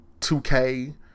2K